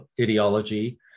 ideology